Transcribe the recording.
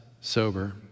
sober